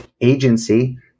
agency